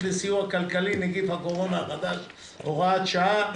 לסיוע כלכלי (נגיף הקורונה החדש) (הוראת שעה).